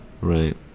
right